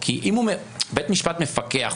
בית המשפט מפקח.